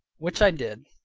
which i did.